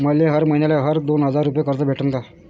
मले हर मईन्याले हर दोन हजार रुपये कर्ज भेटन का?